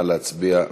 נא להצביע.